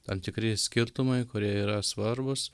tam tikri skirtumai kurie yra svarbūs